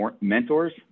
mentors